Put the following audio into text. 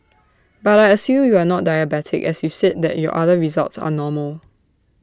but I assume you are not diabetic as you said that your other results are normal